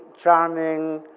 charming,